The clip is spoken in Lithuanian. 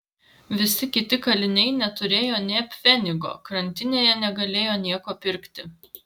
visi kiti kaliniai neturėjo nė pfenigo kantinėje negalėjo nieko pirkti